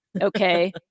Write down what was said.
Okay